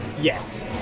Yes